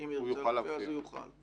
אז הוא יוכל להופיע.